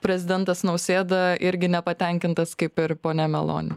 prezidentas nausėda irgi nepatenkintas kaip ir ponia meloni